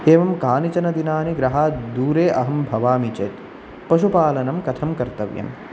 एवं कानिचन दिनानि गृहात् दूरे अहं भवामि चेत् पशुपालनं कथं कर्तव्यम्